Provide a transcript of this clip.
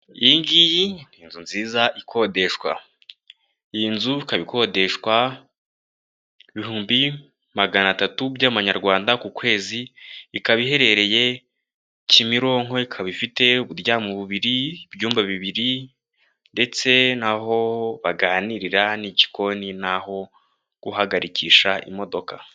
Iyi ngiyi ni inzu nziza ikodeshwa, iyi nzu ikaba ikodeshwa ibihumbi magana atatu by'amanyarwanda ku kwezi, ikaba iherereye Kimironko ikaba ifite uburyamo bubiri, ibyumba bibiri ndetse n'aho baganirira n'igikoni n'aho guhagarikisha imodoka.